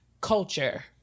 culture